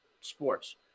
sports